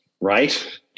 Right